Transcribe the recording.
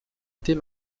était